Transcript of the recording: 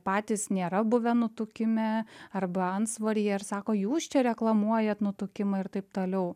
patys nėra buvę nutukime arba antsvoryje ar sako jūs čia reklamuojat nutukimą ir taip toliau